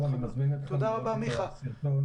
אני מזמין אתכם לראות איך זה עובד.